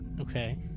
Okay